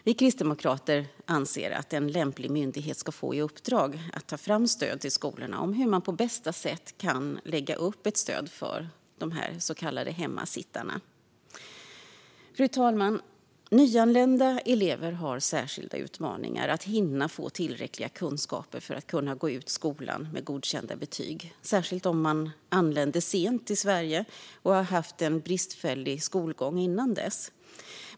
Vi kristdemokrater anser att en lämplig myndighet ska få i uppdrag att ta fram stöd till skolorna om hur man på bästa sätt kan lägga upp ett stöd för dessa så kallade hemmasittare. Fru talman! Nyanlända elever har särskilda utmaningar när det gäller att hinna få tillräckliga kunskaper för att kunna gå ut skolan med godkända betyg, särskilt om de anlände sent till Sverige och har haft en bristfällig skolgång innan dess.